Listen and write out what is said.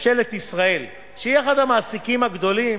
ממשלת ישראל, שהיא אחד המעסיקים הגדולים,